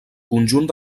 conjunt